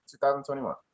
2021